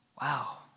Wow